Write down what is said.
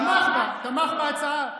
תמך בה, תמך בהצעה.